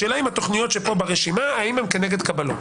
השאלה היא האם התכניות שברשימה הן כנגד קבלות?